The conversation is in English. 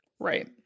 Right